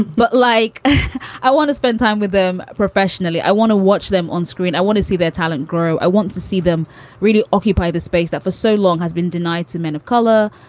but like i want to spend time with them professionally. i want to watch them on screen. i want to see their talent grow. i want to see them really occupy the space that for so long has been denied to men of color.